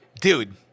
Dude